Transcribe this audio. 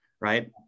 right